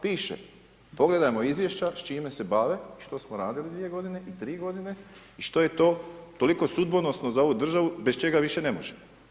Piše, pogledajmo izvješća s čime se bave, što smo radili dvije godine i tri godine i što je to toliko sudbonosno za ovu državu bez čega više ne možemo.